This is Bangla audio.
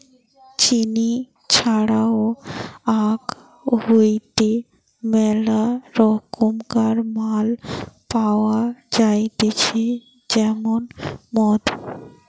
চিনি ছাড়াও আখ হইতে মেলা রকমকার মাল পাওয়া যাইতেছে যেমন মদ